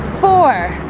four